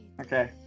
Okay